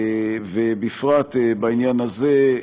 ובפרט בעניין הזה,